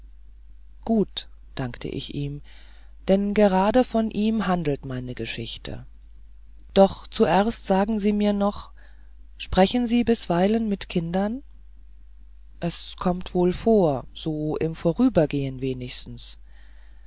gut dankte ich ihm denn gerade von ihm handelt meine geschichte doch zuerst sagen sie mir noch sprechen sie bisweilen mit kindern es kommt wohl vor so im vorübergehen wenigstens